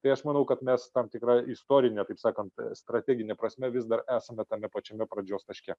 tai aš manau kad mes tam tikra istorine taip sakant strategine prasme vis dar esame tame pačiame pradžios taške